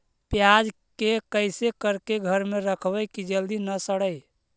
प्याज के कैसे करके घर में रखबै कि जल्दी न सड़ै?